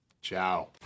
ciao